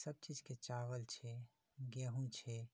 ई सभ चीजकेँ चावल छै गेहूॅं छै